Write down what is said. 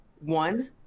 one